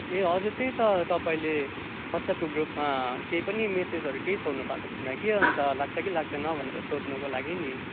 ए हजुर त्यही त तपाईँले वाट्सएपको ग्रुपमा केही पनि मेसेजहरू केही छोड्नु भएको थिएन कि अन्त लाग्छ कि लाग्दैन भनेर सोध्नुको लागि नि